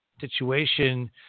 situation